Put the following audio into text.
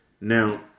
Now